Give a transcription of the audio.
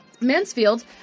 Mansfield